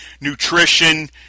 nutrition